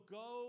go